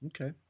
Okay